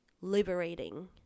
liberating